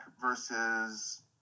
versus